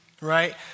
right